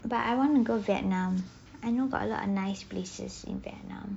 but I want to go vietnam I know got a lot a nice places in vietnam